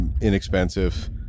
inexpensive